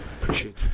Appreciate